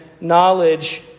knowledge